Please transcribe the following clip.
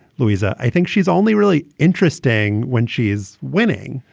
luisa, i think she's only really interesting when she is winning.